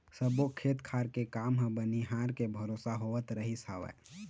सब्बो खेत खार के काम ह बनिहार के भरोसा होवत रहिस हवय